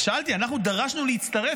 אז שאלתי, אנחנו דרשנו להצטרף?